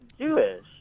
Jewish